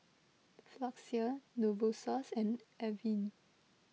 Floxia Novosource and Avene